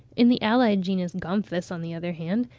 in the allied genus gomphus, on the other hand,